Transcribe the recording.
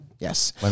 Yes